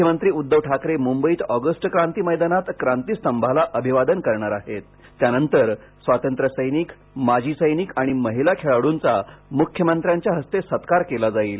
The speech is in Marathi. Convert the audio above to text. मुख्यमंत्री उद्धव ठाकरे मुंबईत ऑगस्ट क्रांती मैदानात क्रांती स्तंभाला अभिवादन करणार आहेत त्यानंतर स्वातंत्र्य सैनिक माजी सैनिक आणि महिला खेळाडूंचा मुख्यमंत्र्यांच्या हस्ते सत्कार केला जाईल